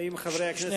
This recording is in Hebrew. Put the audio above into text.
כמו